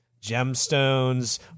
gemstones